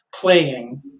playing